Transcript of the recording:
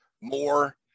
more